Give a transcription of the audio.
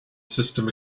system